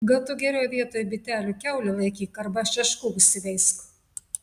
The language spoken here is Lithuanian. gal tu geriau vietoj bitelių kiaulę laikyk arba šeškų užsiveisk